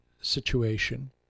situation